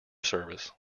service